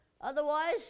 otherwise